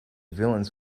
villains